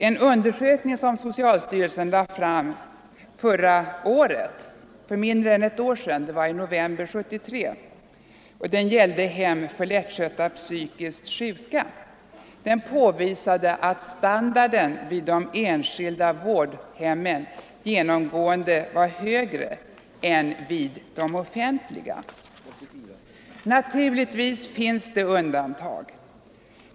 En undersökning som socialstyrelsen lade fram för mindre än ett år sedan —-i november 1973 — och som gällde hem för lättskötta psykiskt sjuka påvisade att standarden vid de enskilda vårdhemmen genomgående är högre än vid de offentliga. Naturligtvis finns det undantag.